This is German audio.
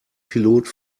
pilot